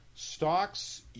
Stocks